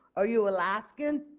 are you alaskan?